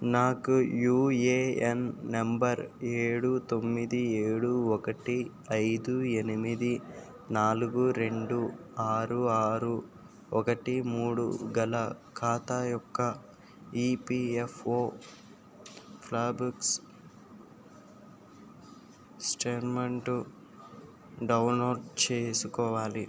నాకు UAN number ఏడు తొమ్మిది ఏడు ఒకటి ఐదు ఎనిమిది నాలుగు రెండు ఆరు ఆరు ఒకటి మూడు గల ఖాతా యొక్క ఈపిఎఫ్ఓ ప్రాబబ్స్ స్టెల్మెంటు డౌన్లోడ్ చేసుకోవాలి